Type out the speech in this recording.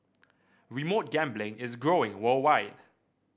remote gambling is growing worldwide